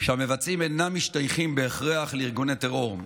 שהמבצעים אינם משתייכים בהכרח לארגוני טרור,